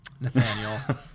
Nathaniel